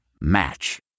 Match